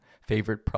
favorite